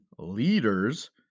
Leaders